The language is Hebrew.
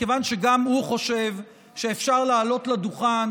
מכיוון שגם הוא חושב שאפשר לעלות לדוכן